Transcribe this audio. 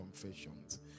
confessions